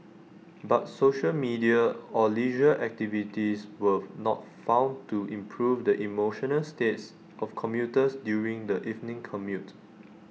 but social media or leisure activities were not found to improve the emotional states of commuters during the evening commute